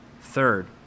Third